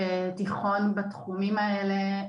תיכון בתחומים האלה,